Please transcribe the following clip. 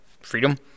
freedom